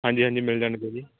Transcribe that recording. ਹਾਂਜੀ ਹਾਂਜੀ ਮਿਲ ਜਾਣਗੇ ਜੀ